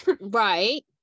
Right